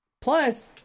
Plus